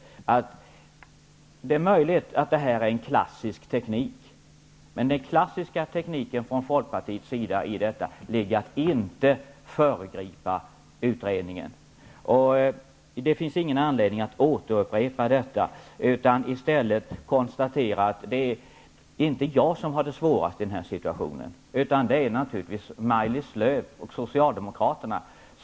Det är möjligt att tekniken är klassisk. Den klassiska tekniken från Folkpartiets sida ligger emellertid i att inte föregripa utredningar. Man kan i stället konstatera att det inte är jag som har det svårast i den här situationen, utan att det naturligtvis är Maj-Lis Lööw och Socialdemokraterna.